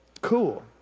Cool